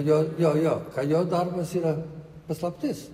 jo jo jo jo darbas yra paslaptis